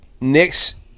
Next